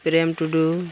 ᱯᱨᱮᱢ ᱴᱩᱰᱩ